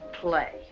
play